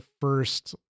first